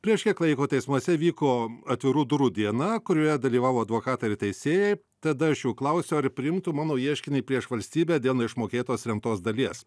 prieš kiek laiko teismuose vyko atvirų durų diena kurioje dalyvavo advokatai ir teisėjai tad aš jų klausiu ar priimtų mano ieškinį prieš valstybę dėl neišmokėtos remtos dalies